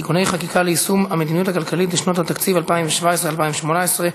(תיקוני חקיקה ליישום המדיניות הכלכלית לשנות התקציב 2017 ו-2018),